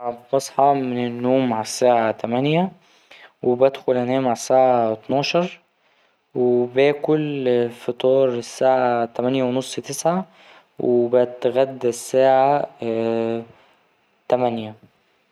بصحى من النوم على الساعة تمانية وبدخل أنام على الساعة أتناشر وباكل فطار الساعة تمانية ونص تسعة وبتغدى الساعة تمانية.